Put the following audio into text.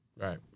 Right